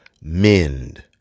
mend